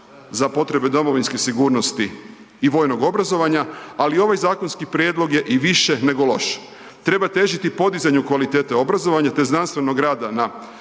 za potrebe domovinske sigurnosti i vojnog obrazovanja, ali ovaj zakonski prijedlog je i više nego loš. Treba težiti podizanju kvalitete obrazovanja te znanstvenog rada na